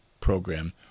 program